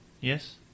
yes